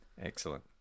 Excellent